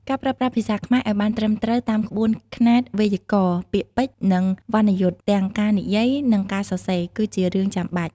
ការប្រើប្រាស់ភាសាខ្មែរឱ្យបានត្រឹមត្រូវតាមក្បួនខ្នាតវេយ្យាករណ៍ ពាក្យពេចន៍ និងវណ្ណយុត្តិ ទាំងការនិយាយ និងការសរសេរ គឺជារឿងចាំបាច់។